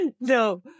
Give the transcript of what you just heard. No